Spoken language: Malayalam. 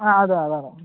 ആ അതെ അതെ അതെ